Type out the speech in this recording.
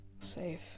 Safe